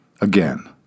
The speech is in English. again